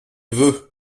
veut